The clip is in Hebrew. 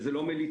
וזה לא מליצה,